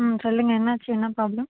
ம் சொல்லுங்கள் என்னாச்சு என்ன ப்ராப்ளம்